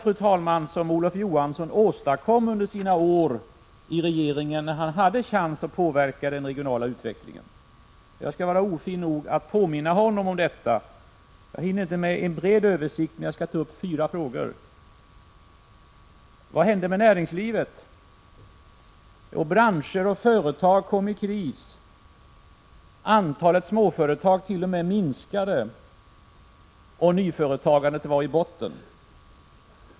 Vad var det Olof Johansson åstadkom under sina år i regeringen när han hade chansen att påverka den regionala utvecklingen? Jag skall vara ofin nog att påminna honom om detta. Jag hinner inte med en bred översikt, men jag skall ta upp fyra frågor. Vad hände med näringslivet? Jo, branscher och företag kom i kris, antalet småföretag t.o.m. minskade och nyföretagandet var i botten.